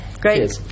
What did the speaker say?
Great